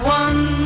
one